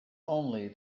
only